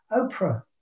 Oprah